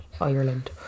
Ireland